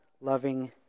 loving